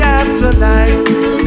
afterlife